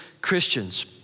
Christians